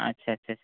আচ্ছা আচ্ছা